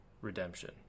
redemption